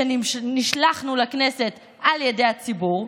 נשלחנו לכנסת על ידי הציבור,